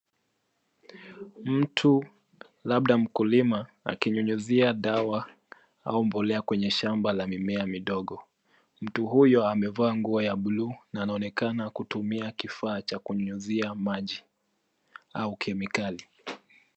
Mtu, labda mkulima, akinyunyuzia dawa au mbolea kwenye shamba la mimea midogo. Mtu huyo amevaa nguo ya buluu na anaonekana kutumia kifaa cha kunyunyizia maji au kemikali.